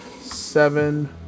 seven